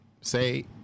say